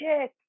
chick